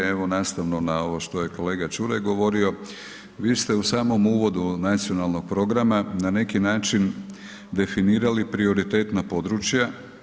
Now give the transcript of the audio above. Evo nastavno na ovo što je kolega Čuraj govorio, vi ste u samom uvodu nacionalnog programa na neki način definirali prioritetna područja.